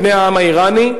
בבני העם האירני,